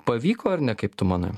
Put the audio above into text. pavyko ar ne kaip tu manai